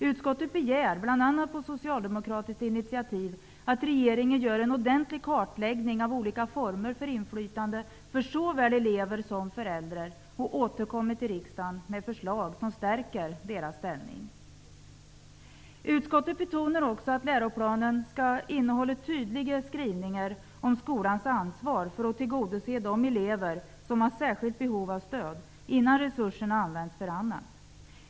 Utskottet begär, bl.a. på socialdemokratiskt initiativ, att regeringen gör en ordentlig kartläggning av olika former för inflytande för såväl elever som föräldrar och återkommer till riksdagen med förslag som stärker deras ställning. Utskottet betonar också att läroplanen skall innehålla tydliga skrivningar om skolans ansvar för att tillgodose de elever som har särskilt behov av stöd innan resurserna används för annat.